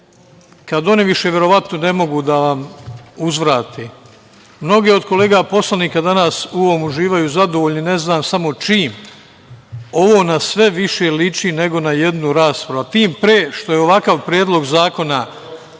kad oni više verovatno ne mogu da vam uzvrate. Mnogi od kolega poslanika danas u ovome uživaju zadovoljni, ne znam samo čim. Ovo na sve više liči nego na jednu raspravu, a tim pre što je ovakav predlog zakona